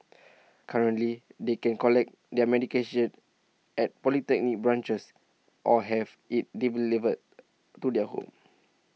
currently they can collect their medication at polyclinic branches or have IT delivered to their home